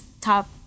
Top